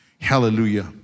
Hallelujah